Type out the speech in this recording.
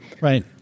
right